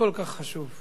כל כך חשוב.